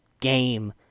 game